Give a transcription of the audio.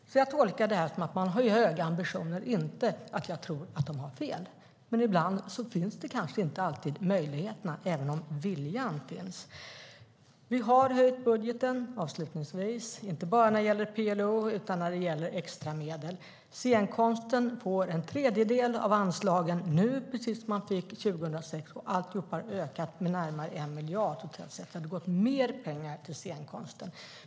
Jag tolkar detta som att man har höga ambitioner, inte som att jag tror att man har fel. Men ibland finns kanske inte möjligheterna även om viljan finns. Vi har höjt budgeten, inte bara när det gäller PLO utan även när det gäller extra medel. Scenkonsten får en tredjedel av anslagen nu, precis som man fick 2006. Alltihop har ökat med närmare 1 miljard totalt sett. Det går alltså mer pengar till scenkonsten.